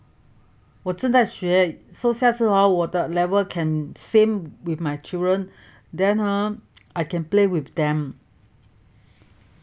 我正在学 so 下次 hor 我的 level can same with my children then uh I can play with them